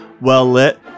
well-lit